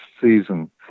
season